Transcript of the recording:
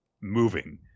moving